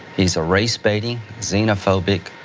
he's a race baiting, xenophobic,